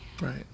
right